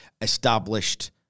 established